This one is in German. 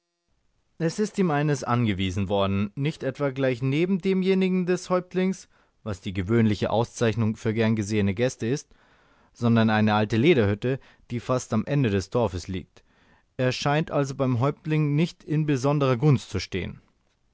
es ist ihm eines angewiesen worden nicht etwa gleich neben demjenigen des häuptlings was die gewöhnliche auszeichnung für gern gesehene gäste ist sondern eine alte lederhütte die fast am ende des dorfes liegt er scheint also beim häuptlinge nicht in besonderer gunst zu stehen